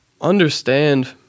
understand